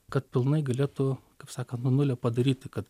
kad pilnai galėtų kaip sakant nuo nulio padaryti kad